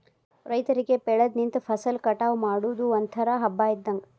ರೈತರಿಗೆ ಬೆಳದ ನಿಂತ ಫಸಲ ಕಟಾವ ಮಾಡುದು ಒಂತರಾ ಹಬ್ಬಾ ಇದ್ದಂಗ